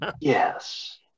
Yes